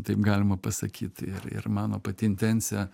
taip galima pasakyt ir ir mano pati intencija